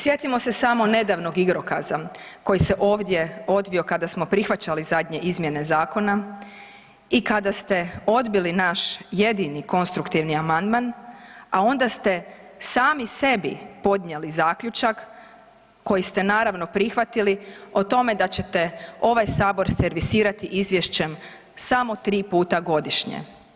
Sjetimo se samo nedavnog igrokaza koji se ovdje odvio kada smo prihvaćali zadnje izmjene zakona i kada ste odbili naš jedini konstruktivni amandman, a onda ste sami sebi podnijeli zaključak koji ste naravno prihvatili o tome da ćete ovaj Sabor servisirati izvješćem samo 3 puta godišnje.